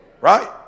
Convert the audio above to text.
Right